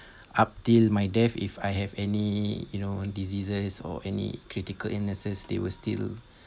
up till my death if I have any you know diseases or any critical illnesses they will still